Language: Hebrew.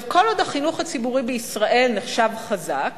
כל עוד החינוך הציבורי בישראל נחשב חזק